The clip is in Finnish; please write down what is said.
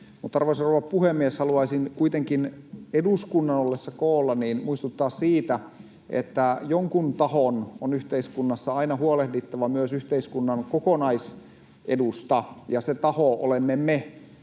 rouva puhemies, haluaisin kuitenkin eduskunnan ollessa koolla muistuttaa siitä, että jonkun tahon on yhteiskunnassa aina huolehdittava myös yhteiskunnan kokonaisedusta ja se taho olemme me,